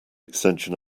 extension